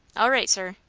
all right, sir.